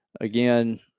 Again